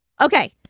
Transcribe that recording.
Okay